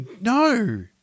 No